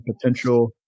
potential